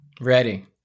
Ready